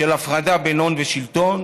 הפרדה בין הון ושלטון